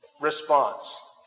response